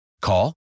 Call